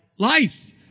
Life